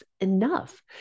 enough